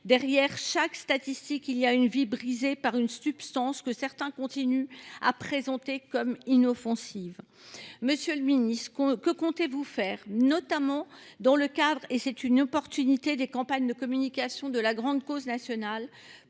Derrière chaque statistique, il y a une vie brisée par une substance que certains continuent de présenter comme inoffensive. Monsieur le ministre, que comptez vous faire, dans le cadre des campagnes de communication de la grande cause nationale,